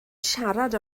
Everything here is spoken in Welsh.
siarad